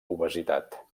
obesitat